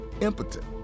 impotent